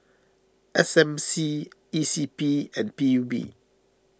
S M C E C P and P U B